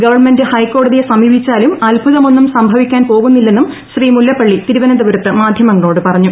government ക്ക്ഹെക്കോടതിയെ സമീപിച്ചാലും അത്ഭുതമൊന്നും സംഭവിക്കാൻ പ്രോകുന്നില്ലെന്നും ശ്രീ മുല്ലപ്പള്ളി തിരുവന്തപുരത്ത് മാധ്യങ്ങളോട് പ്രറഞ്ഞു